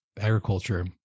agriculture